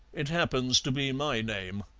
it happens to be my name.